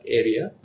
area